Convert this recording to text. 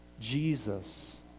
Jesus